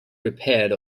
prepared